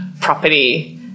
property